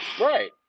Right